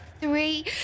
three